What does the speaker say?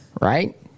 Right